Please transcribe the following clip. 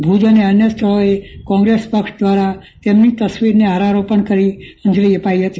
ભુજ અને અન્ય સ્થળોએ કોંગ્રેસ પક્ષ દ્વારા તેમની તસ્વીરને હારારોપણ કરી અંજલી અપાઈ હતી